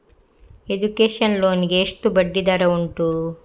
Education loan ಗೆ ಎಷ್ಟು ಬಡ್ಡಿ ದರ ಉಂಟು?